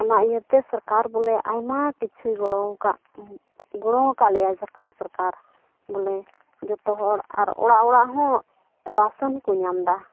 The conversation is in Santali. ᱚᱱᱟ ᱤᱭᱟᱹᱛᱮ ᱥᱚᱨᱠᱟᱨ ᱵᱚᱞᱮ ᱟᱭᱢᱟ ᱠᱤᱪᱷᱩᱭ ᱜᱚᱲᱚᱣ ᱟᱠᱟᱫ ᱜᱚᱲᱚᱣᱟᱠᱟᱫ ᱞᱮᱭᱟ ᱡᱷᱟᱲᱠᱷᱚᱸᱰ ᱥᱚᱨᱠᱟᱨ ᱵᱚᱞᱮ ᱡᱚᱛᱚ ᱦᱚᱲ ᱟᱨ ᱚᱲᱟᱜ ᱚᱲᱟᱜ ᱦᱚᱸ ᱨᱮᱥᱚᱱ ᱠᱚ ᱧᱟᱢᱫᱟ